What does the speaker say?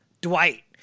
Dwight